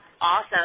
awesome